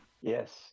Yes